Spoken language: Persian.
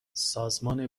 سازمان